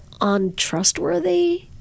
untrustworthy